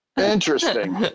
interesting